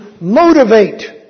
motivate